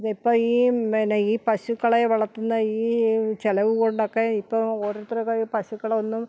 ഇപ്പം ഈ പിന്നെ ഈ പശുക്കളെ വളത്തുന്ന ഈ ചിലവ് കൊണ്ടൊക്കെ തന്നെ ഇപ്പോൾ ഓരോത്തരൊക്കെ പശുക്കളൊന്നും